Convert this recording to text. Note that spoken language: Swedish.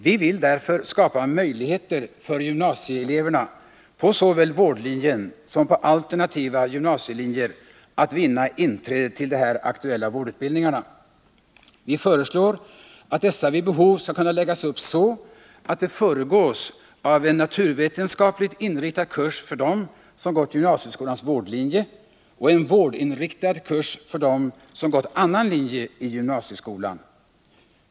Vi vill därför skapa möjligheter för gymnasieeleverna på såväl vårdlinjen som alternativa gymnasielinjer att vinna inträde till de här aktuella vårdutbildningarna. Vi föreslår att dessa vid behov skall kunna läggas upp så att de föregås av en naturvetenskapligt inriktad kurs för dem som gått gymnasieskolans vårdlinje och av en vårdinriktad kurs för dem som gått annan linje i gymnasieskolan.